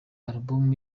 album